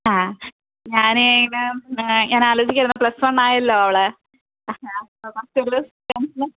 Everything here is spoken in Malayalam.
ആ ഞാനെ മേം ഞാനാലോചിക്കുകയായിരുന്നു പ്ലസ് വണ്ണായല്ലോ അവള് ആ